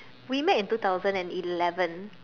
we met in two thousand and eleven